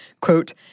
quote